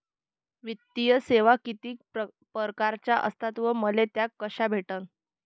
वित्तीय सेवा कितीक परकारच्या असतात व मले त्या कशा भेटन?